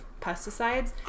pesticides